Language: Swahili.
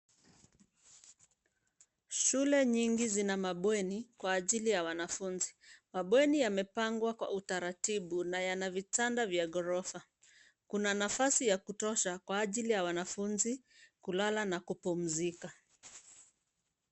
Shule nyingi zina mabweni kwa ajili ya wanafunzi. Mabweni yamepangwa kwa utaratibu na yana vitanda vya ghorofa. Kuna nafasi ya kutosha kwa ajili ya wanafunzi kulala na kupumzika.